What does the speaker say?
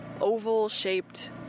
oval-shaped